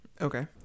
Okay